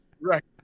Right